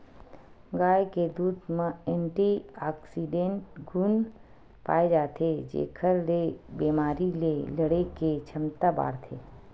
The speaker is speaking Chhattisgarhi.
गाय के दूद म एंटीऑक्सीडेंट गुन पाए जाथे जेखर ले बेमारी ले लड़े के छमता बाड़थे